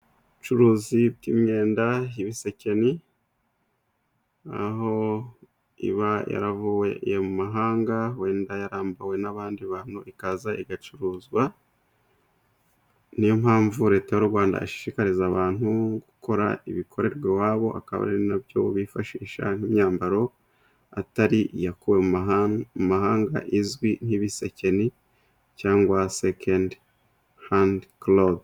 Ubucuruzi bw'imyenda y'ibisekeni, aho iba yaravuye mu mahanga, wenda yarambawe n'abandi bantu ikaza igacuruzwa, niyo mpamvu Leta y'u rwanda ishishikariza abantu gukora ibikorerwa iwabo, akaba ari nabyo bifashisha nk'imyambaro, atari iyakuwe mu mahanga izwi nk'ibisekeni cyangwa sekendi handi korove.